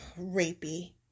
Rapey